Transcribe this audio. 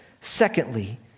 Secondly